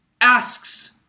asks